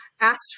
asked